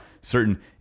certain